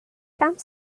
found